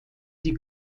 die